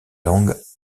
langues